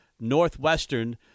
Northwestern